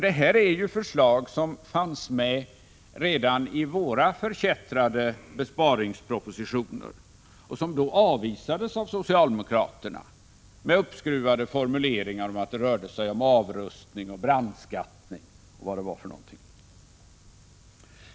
Det här är ju förslag som fanns med redan i våra förkättrade besparingspropositioner, som då avvisades av socialdemokraterna med uppskruvade formuleringar om att det rörde sig om avrustning och brandskattning osv.